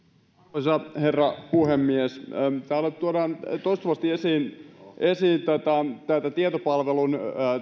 arvoisa herra puhemies täällä tuodaan toistuvasti esiin esiin tätä tietopalvelun